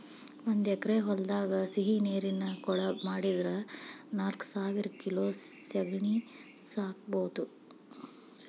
ಒಂದ್ ಎಕರೆ ಹೊಲದಾಗ ಸಿಹಿನೇರಿನ ಕೊಳ ಮಾಡಿದ್ರ ನಾಲ್ಕಸಾವಿರ ಕಿಲೋ ಸೇಗಡಿ ಸಾಕಬೋದು